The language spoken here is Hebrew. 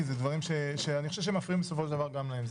כי זה דברים שאני חושב שמפריעים בסופו של דבר גם להם.